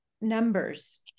numbers